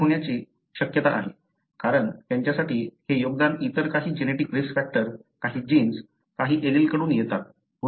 असे होण्याची शक्यता आहे कारण त्यांच्यासाठी हे योगदान इतर काही जेनेटिक रिस्क फॅक्टर काही जीन्स काही एलील कडून येतात